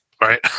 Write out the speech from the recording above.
right